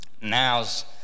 Now's